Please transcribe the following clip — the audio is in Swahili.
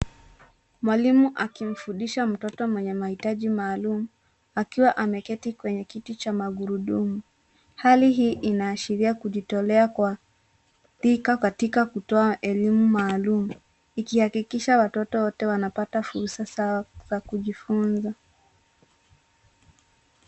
Mwalimu akimfundisha mtoto mwenye mahitaji maalum akiwa ameketi kwenye kiti cha magurudumu. Hali hii inaashiria kujitolea kwa dhika katika kutoa elimu maalum ikihakikisha watoto wote wanapata fursa sawa ya kujifunza.